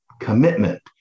commitment